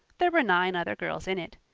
there were nine other girls in it.